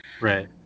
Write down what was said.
Right